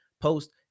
post